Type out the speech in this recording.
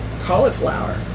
Cauliflower